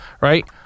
Right